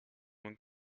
een